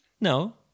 No